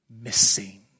missing